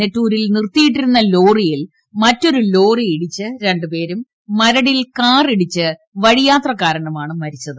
നെട്ടൂരിൽ നിർത്തിയിട്ടിരുന്ന ലോറിയിൽ മറ്റൊരു ലോറിയിടിച്ച് രണ്ട് പേരും മരടിൽ കാറിടിച്ച് വഴിയാത്രക്കാരനുമാണ് മരിച്ചത്